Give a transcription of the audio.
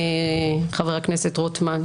חבר הכנסת רוטמן,